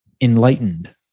enlightened